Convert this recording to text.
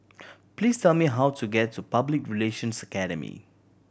please tell me how to get to Public Relations Academy